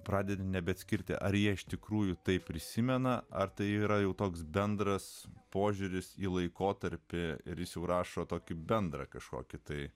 pradedi nebeatskirti ar jie iš tikrųjų taip prisimena ar tai yra jau toks bendras požiūris į laikotarpį ir surašo tokį bendrą kažkokį tai